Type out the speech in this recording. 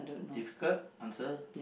difficult answer